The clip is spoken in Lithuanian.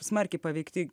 smarkiai paveikti